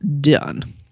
done